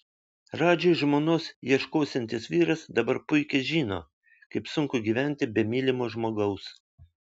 radžiui žmonos ieškosiantis vyras dabar puikiai žino kaip sunku gyventi be mylimo žmogaus